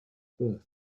birth